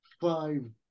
five